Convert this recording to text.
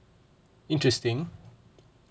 interesting